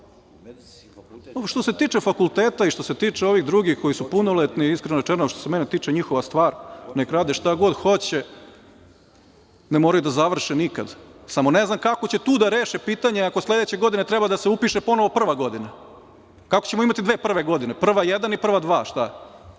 se tiče fakulteta i što se tiče ovih drugih koji su punoletni, iskreno rečeno, što se mene tiče njihova stvar, neka rade šta god hoće. Ne moraju da završe nikada. Samo ne znam kako će tu da reše pitanje ako sledeće godine treba da se upiše ponovo prva godina. Kako ćemo imati dve prve godine? Prva jedan i prva dva? Šta?